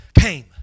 came